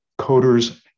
coders